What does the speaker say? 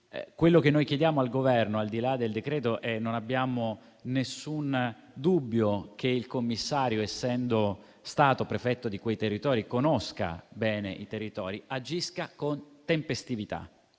Quello che noi chiediamo al Governo, al di là del decreto e non abbiamo alcun dubbio che il commissario, essendo stato prefetto di quei territori, li conosca bene, agisca con tempestività,